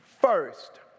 First